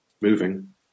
moving